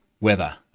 weather